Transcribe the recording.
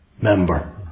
member